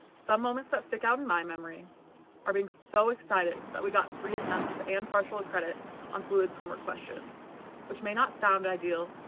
some moments that stick out in my memory are being so excited that we got three attempts and partial credits on fluids homework questions which may not sound ideal.